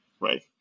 right